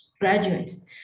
graduates